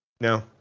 no